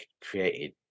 created